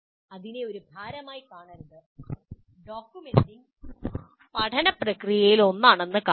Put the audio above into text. അതിനെ ഒരു ഭാരമായി കാണരുത് ഡോക്യുമെന്റിംഗ് പഠന പ്രക്രിയകളിലൊന്നായി കാണണം